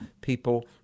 people